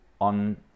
on